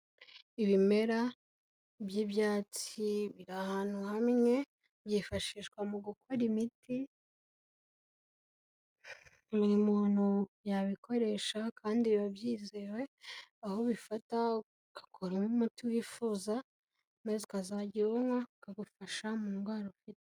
Ibimera by'ibyatsi biri ahantu hamwe, byifashishwa mu gukora umiti, buri muntu yabikoresha kandi biba byizewe, aho ubifata ugakuramo umuti wifuza, maze ukazajya uwunywa ukagufasha mu ndwara ufite.